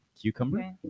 cucumber